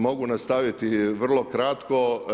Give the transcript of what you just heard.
Mogu nastaviti vrlo kratko.